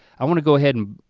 i wanna go ahead and